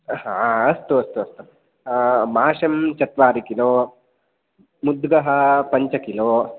हा अस्तु अस्तु अस्तु माषं चत्वारि किलो मुद्गः पञ्च किलो